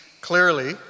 clearly